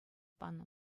панӑ